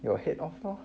your head off lor